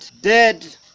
dead